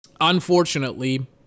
unfortunately